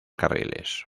carriles